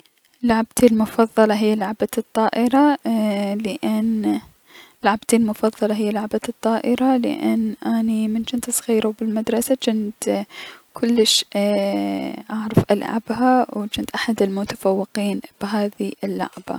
لعبتي المفظلة هي لعبة الطائرة ايي- لأن اني من جنت صغيرة و بالمدرسة جنت كلش اي اعرف العبها و جنت احد المتفوقين بهذي اللعبة.